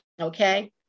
okay